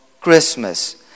Christmas